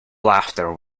laughter